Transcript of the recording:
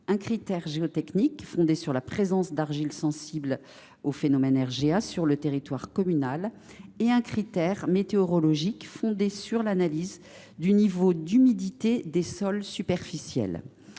un critère géotechnique fondé sur la présence d’argiles sensibles au phénomène de RGA sur le territoire communal ; d’autre part, un critère météorologique fondé sur l’analyse du niveau d’humidité des sols superficiels.